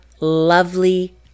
lovely